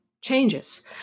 changes